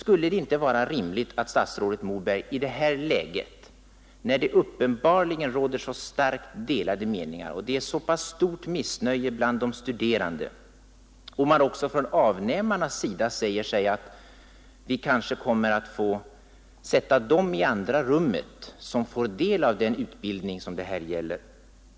I det här läget råder uppenbarligen starkt delade meningar och det är ett ganska stort missnöje bland de studerande. Också avnämarna säger att man kanske kommer att få sätta dem i andra rummet som genomgår den utbildning det här gäller.